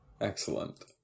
Excellent